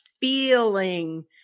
feeling